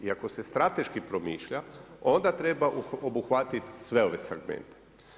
I ako se strateški promišlja, onda treba obuhvatiti sve ove segmente.